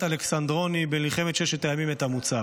אלכסנדרוני במלחמת ששת הימים את המוצב.